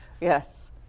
Yes